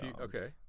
okay